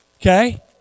Okay